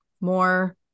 more